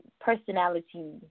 personality